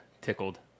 tickled